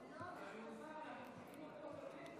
אנחנו חיכינו פה במתח.